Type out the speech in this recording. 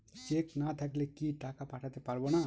Check না থাকলে কি টাকা পাঠাতে পারবো না?